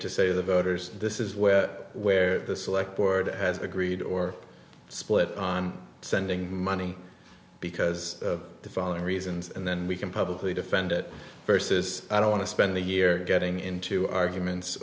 to say the voters this is where where the select board has agreed or split on sending money because the following reasons and then we can publicly defend it versus i don't want to spend the year getting into arguments